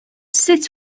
sut